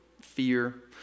fear